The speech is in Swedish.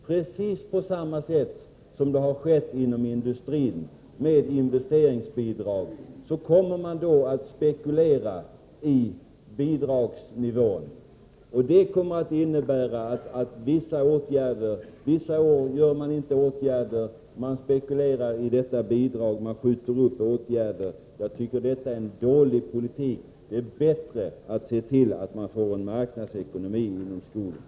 Precis på samma sätt som skett inom industrin när det gäller investeringsbidragen kommer man då att spekulera i bidragsnivån. Detta kommer att innebära att vissa åtgärder en del år inte vidtas, utan man spekulerar med hänsyn till detta bidrag och skjuter upp åtgärderna. Jag tycker att det är en dålig politik. Det är bättre att se till att man får en marknadsekonomi på skogsområdet.